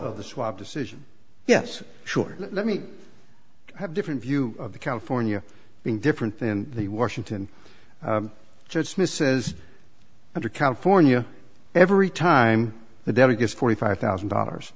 of the swap decision yes sure let me have different view of the california being different than the washington judge smith says under california every time the delegates forty five thousand dollars